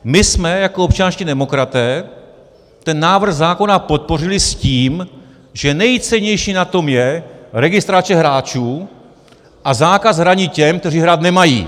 My jsme jako občanští demokraté návrh zákona podpořili s tím, že nejcennější na tom je registrace hráčů a zákaz hraní těm, kteří hrát nemají.